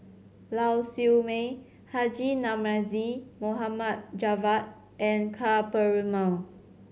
Lau Siew Mei Haji Namazie Mohd Javad and Ka Perumal